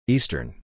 Eastern